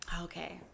okay